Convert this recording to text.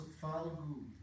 falgu